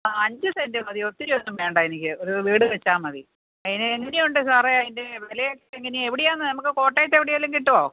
അഞ്ച് സെൻ്റ് മതി ഒത്തിരി ഒന്നും വേണ്ട എനിക്ക് ഒരു വീട് വച്ചാൽ മതി അതിന് എന്തയെ ഉണ്ട് സാർ അതിൻ്റെ വില ഒക്കെ എങ്ങനെയാണ് എവിടെയാണ് നമുക്ക് കോട്ടയത്ത് എവിടെ എങ്കിലും കിട്ടുമോ